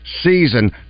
season